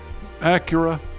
Acura